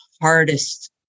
hardest